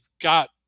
got